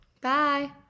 bye